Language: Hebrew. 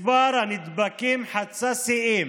מספר הנדבקים חצה שיאים,